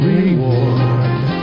reward